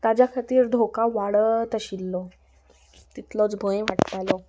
ताज्या खातीर धोका वाडत आशिल्लो तितलोच भंय वाडटालो